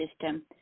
system